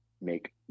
make